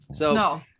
No